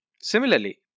Similarly